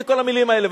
וכל המלים האלה,